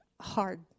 hard